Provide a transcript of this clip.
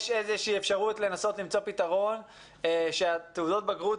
יש אפשרות למצוא פתרון שתעודות הבגרות